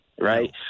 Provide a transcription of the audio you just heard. right